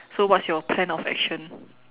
so what's your plan of action